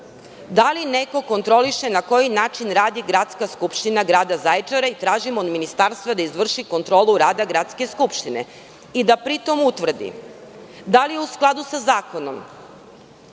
li neko kontroliše na koji način radi Gradska skupština Grada Zaječara i tražim od Ministarstva da izvrši kontrolu rada Gradske skupštine i da pritom utvrdi da li je u skladu sa zakonom